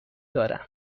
دارم